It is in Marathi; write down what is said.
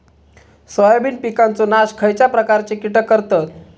सोयाबीन पिकांचो नाश खयच्या प्रकारचे कीटक करतत?